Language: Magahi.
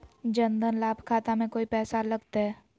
जन धन लाभ खाता में कोइ पैसों लगते?